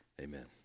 Amen